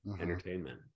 entertainment